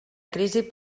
crisi